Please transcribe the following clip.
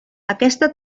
aquesta